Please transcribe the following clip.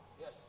yes